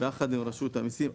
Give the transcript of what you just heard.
יחד עם רשות המיסים.